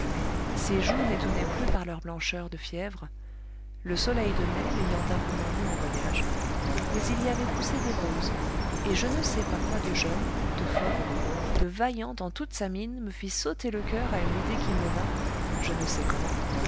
ses joues n'étonnaient plus par leur blancheur de fièvre le soleil de mai l'ayant un peu mordue en voyage mais il y avait poussé des roses et je ne sais pas quoi de jeune de fort de vaillant dans toute sa mine me fit sauter le coeur à une idée qui me vint je ne sais comment